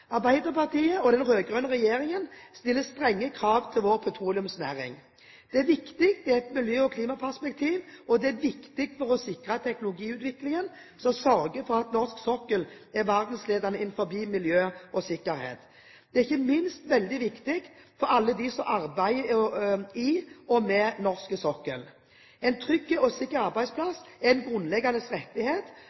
Arbeiderpartiet og den rød-grønne regjeringen stiller strenge krav til vår petroleumsnæring. Det er viktig i et miljø- og klimaperspektiv, og det er viktig for å sikre teknologiutvikling som sørger for at norsk sokkel er verdensledende innen miljø og sikkerhet. Det er ikke minst veldig viktig for alle dem som arbeider i og med norsk sokkel. En trygg og sikker arbeidsplass er en grunnleggende rettighet.